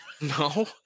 No